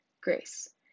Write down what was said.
Grace